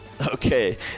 Okay